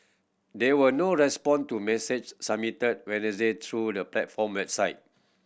there was no response to a message submitted through the platform website